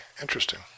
interesting